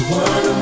one